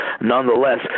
nonetheless